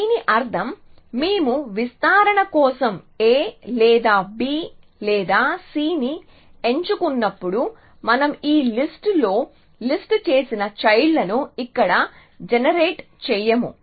దీని అర్థం మేము విస్తరణ కోసం a లేదా b లేదా c ని ఎంచుకున్నప్పుడు మనం ఈ లిస్ట్ లో లిస్ట్ చేసిన చైల్డ్ లను ఇక్కడ జనరేట్ చేయము